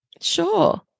Sure